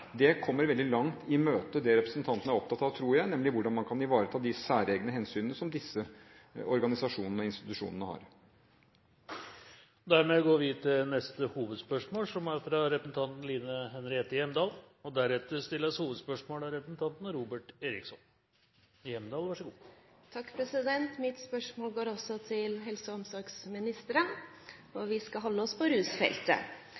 kommer veldig langt i møte det representanten er opptatt av, tror jeg, nemlig hvordan man kan ivareta de særegne hensynene som disse organisasjonene og institusjonene har. Vi går videre til neste hovedspørsmål. Mitt spørsmål går også til helse- og omsorgsministeren – og vi skal holde oss på rusfeltet. I går gjorde stortingsflertallet et vedtak der de øremerkede rusmidlene til kommunene ble fjernet. Dette er penger som har gått til